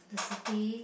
the city